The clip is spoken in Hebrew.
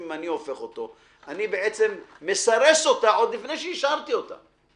אם אני הופך אותה אני בעצם מסרס אותה עוד לפני שאישרתי אותה.